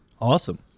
awesome